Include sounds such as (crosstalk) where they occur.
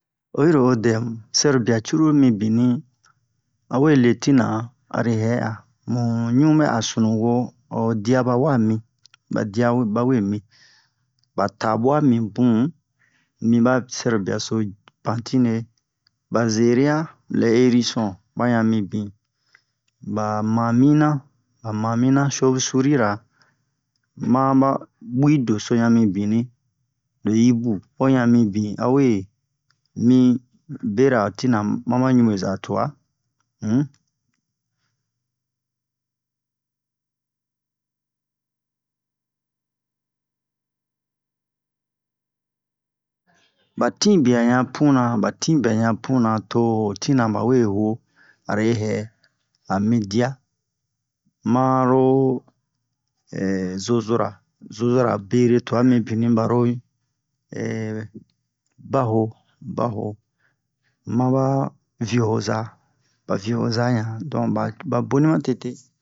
oyi ro o dɛmu sɛrobia cruru mibini awe le tina are hɛ'a mu ɲu bɛ'a sunuwo o dia ba wa mi ba dia bawe mi ba tabua mibun mi ba sɛrobia so pantine ba zere'a lɛ erison ba yan mibin ba mamina ba mamina shov-surira ma ba bu'i doso yan mibin le yibu ho han mibin a we mi bera ho tina ma ba ɲubeza tua um ba tinbia yan puna ba tin bia yan puna to ho tina ba we uwo are yɛ a mi dia maro (hesitation) zozora zozara bere tua mibini baro (hesitation) baho baho ma ba vio'oza ba vio'oza yan don ba boni ma tete